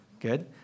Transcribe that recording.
Good